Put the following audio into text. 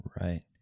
Right